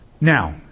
Now